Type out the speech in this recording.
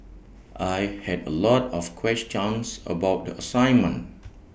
I had A lot of questions about the assignment